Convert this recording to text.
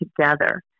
together